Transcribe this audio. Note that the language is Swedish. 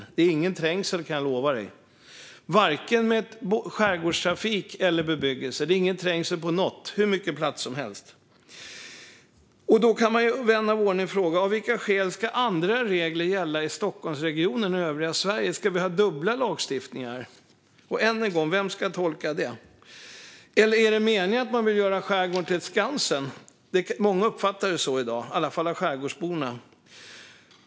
Jag kan lova honom att det inte är någon trängsel där vare sig när det gäller skärgårdstrafik eller bebyggelse. Det är ingen trängsel när det gäller något. Det finns hur mycket plats som helst. Då kan vän av ordning fråga: Av vilka skäl ska andra regler gälla i Stockholmsregionen än i övriga Sverige? Ska vi ha dubbla lagstiftningar? Och än en gång: Vem ska tolka det? Eller är meningen att man vill göra skärgården till ett Skansen? Många uppfattar det så i dag, i alla fall bland skärgårdsborna.